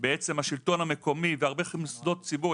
השלטון המקומי והרבה מוסדות ציבור.